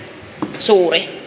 arvoisa puhemies